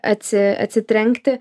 atsi atsitrenkti